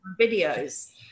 videos